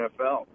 NFL